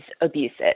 abusive